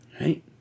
Right